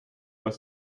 aus